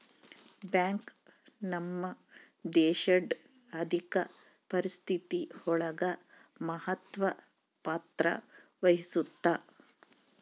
bank ನಮ್ ದೇಶಡ್ ಆರ್ಥಿಕ ಪರಿಸ್ಥಿತಿ ಒಳಗ ಮಹತ್ವ ಪತ್ರ ವಹಿಸುತ್ತಾ